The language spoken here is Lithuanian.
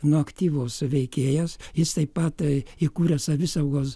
nu aktyvus veikėjas jisai pat įkūrė savisaugos